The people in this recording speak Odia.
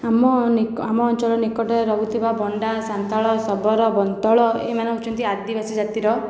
ଆମ ଅଞ୍ଚଳ ନିକଟରେ ରହୁଥିବା ବଣ୍ଡା ସାନ୍ତାଳ ଶବର ବନ୍ତଳ ଏମାନେ ହେଉଛନ୍ତି ଆଦିବାସୀ ଜାତିର